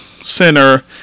Center